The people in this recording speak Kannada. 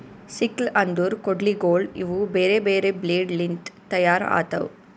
ಸಿಕ್ಲ್ ಅಂದುರ್ ಕೊಡ್ಲಿಗೋಳ್ ಇವು ಬೇರೆ ಬೇರೆ ಬ್ಲೇಡ್ ಲಿಂತ್ ತೈಯಾರ್ ಆತವ್